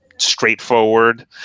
straightforward